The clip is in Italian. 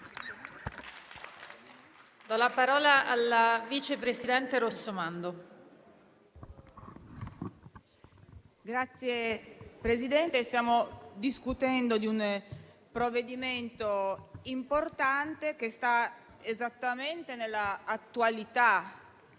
Signora Presidente, stiamo discutendo di un provvedimento importante che sta esattamente nell'attualità